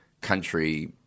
country